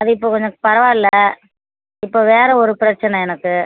அது இப்போ கொஞ்சம் பரவாயில்ல இப்போ வேறு ஒரு பிரச்சின எனக்கு